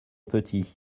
petit